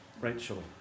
Rachel